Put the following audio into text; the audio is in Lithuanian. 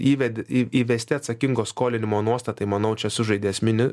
įved į įvesti atsakingo skolinimo nuostatai manau čia sužaidė esminį